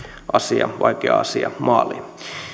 vaikea asia maaliin